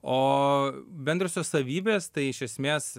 o bendrosios savybės tai iš esmės